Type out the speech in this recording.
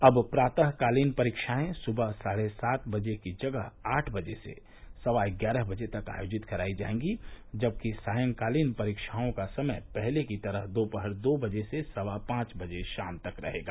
अब प्रातःकालीन परीक्षाएं सुबह साढ़े सात बजे की जगह आठ बजे से सवा ग्यारह बजे तक आयोजित कराई जायेगी जबकि सांयकालीन परीक्षाओं का समय पहले की तरह दोपहर दो बजे से सवा पांच बजे शाम तक रहेगा